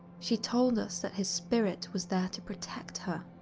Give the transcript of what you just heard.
she told us that his spirit was there to protect her,